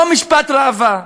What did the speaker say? לא משפט ראווה.